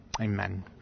Amen